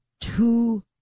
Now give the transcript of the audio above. two